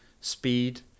speed